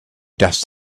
dust